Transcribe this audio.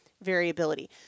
variability